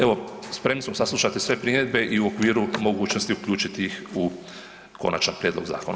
Evo, spremni smo saslušati sve primjedbe i u okviru mogućnosti uključiti ih u konačan prijedlog zakona.